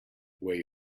where